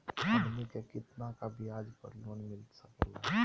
हमनी के कितना का ब्याज पर लोन मिलता सकेला?